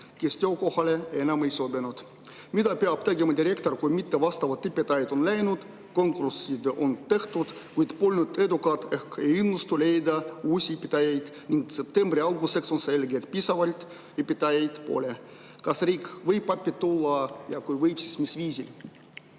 kes töökohale enam ei sobi. Mida peab tegema direktor, kui [keelenõudele] mittevastavad õpetajad on läinud, konkursid on tehtud, kuid need polnud edukad ehk ei õnnestunud leida uusi õpetajaid ning septembri alguseks on selge, et piisavalt õpetajaid pole? Kas riik võib appi tulla ja kui võib, siis mis viisil?